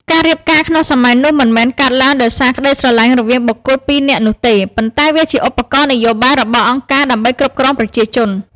ការរៀបការក្នុងសម័យនោះមិនមែនកើតឡើងដោយសារក្តីស្រឡាញ់រវាងបុគ្គលពីរនាក់នោះទេ ប៉ុន្តែវាជាឧបករណ៍នយោបាយរបស់អង្គការដើម្បីគ្រប់គ្រងប្រជាជន។